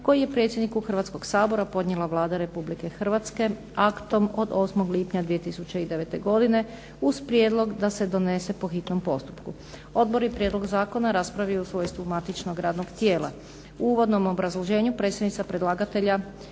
koji je predsjedniku Hrvatskoga sabora podnijela Vlada Republike Hrvatske aktom od 8. lipnja 2009. godine uz prijedlog da se donese po hitnom postupku. Odbor je prijedlog zakona raspravio u svojstvu matičnog radnog tijela. U uvodnom obrazloženju predstavnica predlagatelja